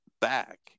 back